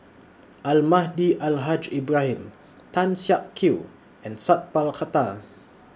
Almahdi Al Haj Ibrahim Tan Siak Kew and Sat Pal Khattar